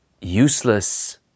useless